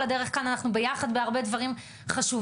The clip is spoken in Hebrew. הדרך כאן אנחנו ביחד בהרבה דברים חשובים,